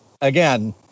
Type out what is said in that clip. again